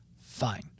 fine